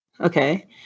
Okay